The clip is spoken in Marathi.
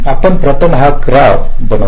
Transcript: आपण प्रथम हा ग्राफ बनवतो